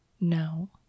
No